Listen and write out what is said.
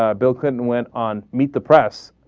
ah bill clinton went on meet the press